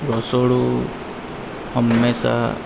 રસોડું હંમેશા